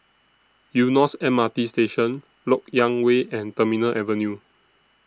Eunos M R T Station Lok Yang Way and Terminal Avenue